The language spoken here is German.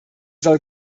soll